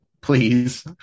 Please